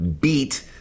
beat